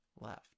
left